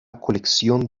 colección